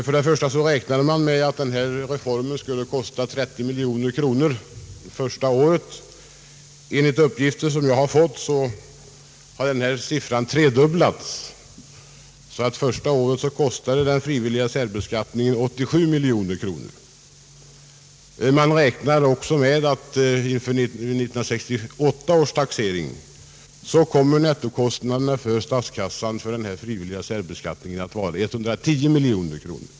Först och främst räknade man med att reformen skulle kosta 30 miljoner kronor under det första året. Enligt uppgifter som jag har fått har denna siffra tredubblats, så att den frivilliga särbeskattningen under det första året kostade 87 miljoner kronor. För 1968 års taxering beräknar man att nettokostnaderna för statskassan för denna frivilliga särbeskattning kommer att uppgå till 110 miljoner kronor.